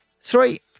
three